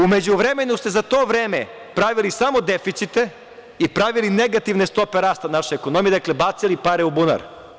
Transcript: U međuvremenu ste za to vreme pravili samo deficite i pravili negativne stope rasta naše ekonomije, dakle, bacili pare u bunar.